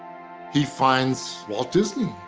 he finds walt disney.